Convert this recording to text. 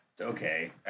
Okay